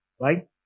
right